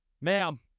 Ma'am